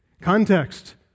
Context